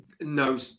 no